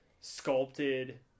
sculpted